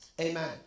Amen